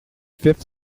fifth